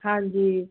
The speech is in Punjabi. ਹਾਂਜੀ